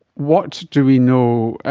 what do we know, ah